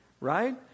right